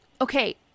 okay